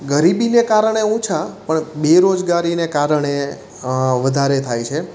ગરીબીને કારણે ઓછા પણ બેરોજગારીને કારણે વધારે થાય છે